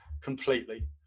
completely